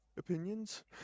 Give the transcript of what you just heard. Opinions